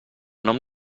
nom